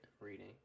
reading